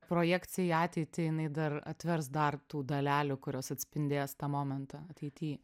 projekcija į ateitį jinai dar atvers dar tų dalelių kurios atspindės tą momentą ateity